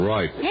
Right